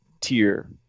tier